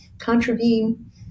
contravene